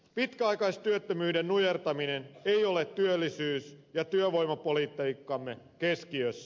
pitkäaikaistyöttömyyden nujertaminen ei ole työllisyys ja työvoimapolitiikkamme keskiössä